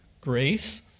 grace